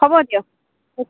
হ'ব দিয়ক থৈছোঁ